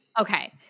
Okay